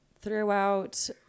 throughout